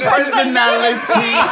Personality